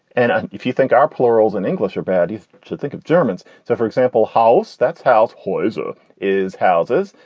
and if you think our plurals in english are bad, you should think of germans. so for example, house that's house. heuser is houses,